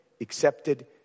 accepted